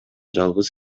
жалгыз